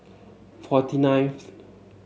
forty nineth